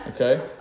Okay